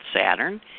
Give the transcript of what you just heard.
Saturn